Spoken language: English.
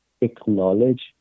acknowledge